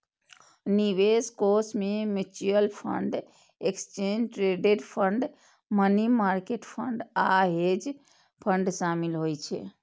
निवेश कोष मे mutual fund, exchange traded fund, money market fund आ हेज फंड शामिल होइ छै